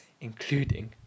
including